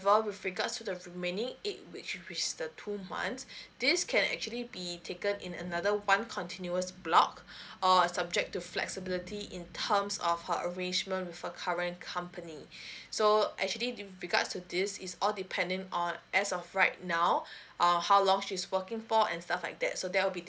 with regards to the remaining eight weeks which is the two months this can actually be taken in another one continuous block or a subject to flexibility in terms of her arrangement with the current company so actually with regards to this is all depending on as of right now or how long she's working for and stuff like that so there will be